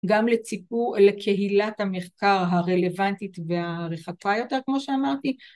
גם לציבור.. לקהילת המחקר הרלוונטית והרחבה יותר כמו שאמרתי